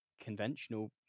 conventional